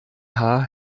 haar